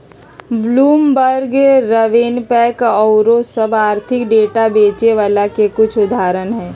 Bloomberg, RavenPack आउरो सभ आर्थिक डाटा बेचे बला के कुछ उदाहरण हइ